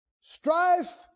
Strife